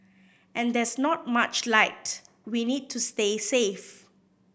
and there's not much light we need to stay safe